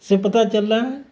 سے پتا چل رہا ہے